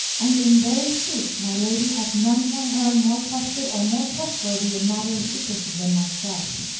and in very sooth my lady hath none by her more trusted or more trustworthy in matter of secrecy than myself.